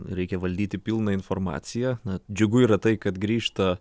reikia valdyti pilną informaciją na džiugu yra tai kad grįžta